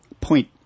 point